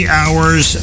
hours